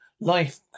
life